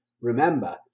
remember